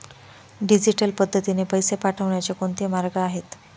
Digital पद्धतीने पैसे पाठवण्याचे कोणते मार्ग आहेत?